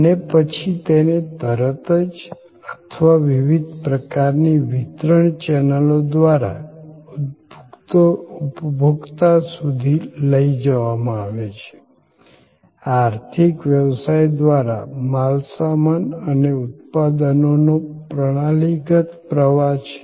અને પછી તેને તરત જ અથવા વિવિધ પ્રકારની વિતરણ ચેનલો દ્વારા ઉપભોક્તા સુધી લઈ જવામાં આવે છે આ આર્થિક વ્યવસ્થા દ્વારા માલસામાન અને ઉત્પાદનોનો પ્રણાલીગત પ્રવાહ છે